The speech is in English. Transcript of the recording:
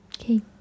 Okay